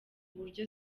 buryo